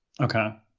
okay